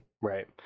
right